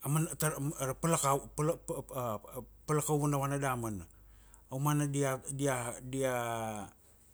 a mana ta, a palakau, amana, a palakau vanavana damana. Aumana dia, dia, dia, dia.